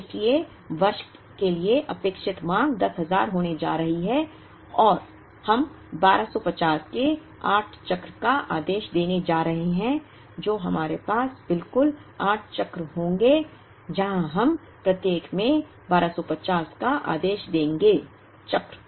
इसलिए वर्ष के लिए अपेक्षित मांग 10000 होने जा रही है और हम 1250 के 8 चक्र का आदेश देने जा रहे हैं तो हमारे पास बिल्कुल 8 चक्र होंगे जहां हम प्रत्येक में 1250 का आदेश देंगे चक्र